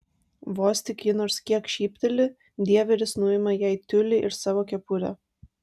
vos tik ji nors kiek šypteli dieveris nuima jai tiulį ir savo kepurę